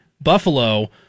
Buffalo